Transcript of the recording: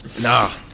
Nah